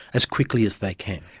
as quickly as they can.